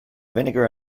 vinegar